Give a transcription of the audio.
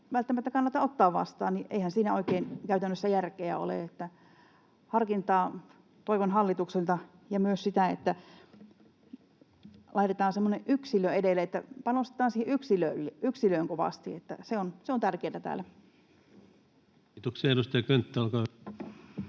ei välttämättä kannata ottaa vastaan, niin eihän siinä oikein käytännössä järkeä ole. Että harkintaa toivon hallitukselta ja myös sitä, että laitetaan yksilö edelle, että panostetaan siihen yksilöön kovasti, se on tärkeätä täällä. [Speech 91]